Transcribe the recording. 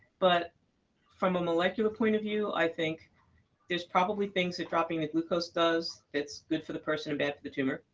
but from a molecular point of view, i think there's probably things that dropping the glucose does that's good for the person and bad for the tumor.